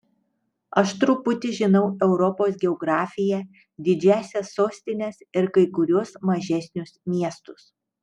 aš truputį žinau europos geografiją didžiąsias sostines ir kai kuriuos mažesnius miestus